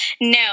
No